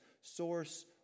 source